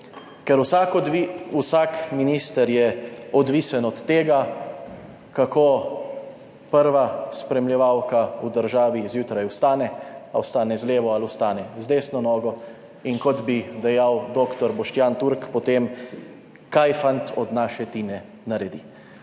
Ker vsak minister je odvisen od tega, kako prva spremljevalka v državi zjutraj vstane, ali ostane z levo ali ostane z desno nogo in kot bi dejal doktor Boštjan Turk potem: "Kaj fant od naše Tine naredi?"